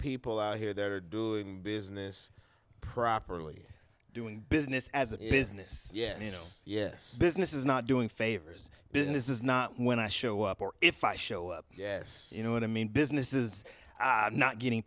people out here that are doing business properly doing business as a business yes yes business is not doing favors business is not when i show up or if i show up yes you know what i mean business is not getting